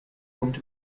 und